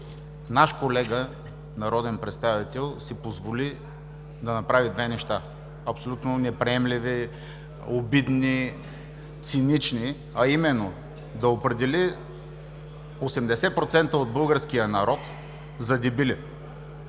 наш колега народен представител си позволи да направи две неща, абсолютно неприемливи, обидни, цинични, а именно: да определи 80% от българския народ за дебили.